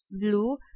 blue